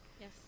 Yes